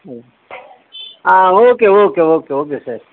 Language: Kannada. ಹ್ಞೂ ಹಾಂ okay okay okay okay sir